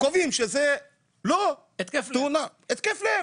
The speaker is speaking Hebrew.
קובעים שזה לא תאונה, התקף לב,